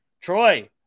Troy